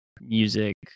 music